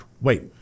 wait